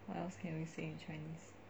what else can we say in chinese